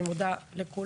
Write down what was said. אני מודה לכולם.